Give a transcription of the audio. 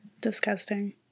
Disgusting